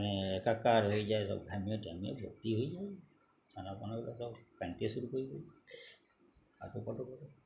মানে একাকার হয়ে যায় সব ঘামিয়ে টামিয়ে ভর্তি হয়ে যায় ছানাপোনারা সব কাঁদতে শুরু করে যায় হাঁকুপাঁকু করে